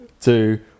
Two